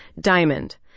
Diamond